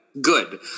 Good